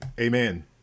Amen